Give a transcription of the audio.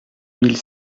mille